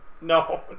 No